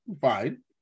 fine